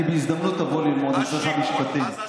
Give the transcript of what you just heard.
אני בהזדמנות אבוא ללמוד אצלך משפטים.